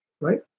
right